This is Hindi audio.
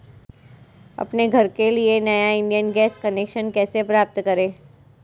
अपने घर के लिए नया इंडियन गैस कनेक्शन कैसे प्राप्त करें?